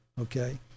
Okay